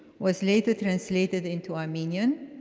was later translated into armenian.